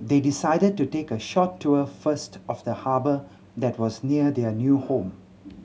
they decided to take a short tour first of the harbour that was near their new home